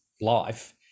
life